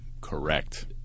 Correct